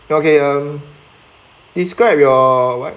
okay um describe your what